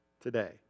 today